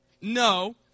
No